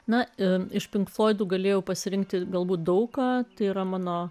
na ir iš pink floyd galėjau pasirinkti galbūt daug ką tai yra mano